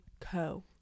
Co